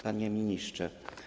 Panie Ministrze!